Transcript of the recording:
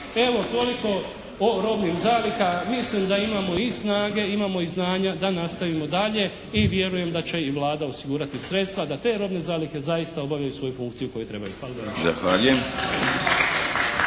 Evo toliko o robnim zaliha. Mislim da imamo i snage, imamo i znanja da nastavimo dalje, i vjerujem da će i Vlada osigurati sredstva da te robne zalihe zaista obavljaju svoju funkciju koju trebaju. Hvala.